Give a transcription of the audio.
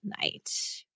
night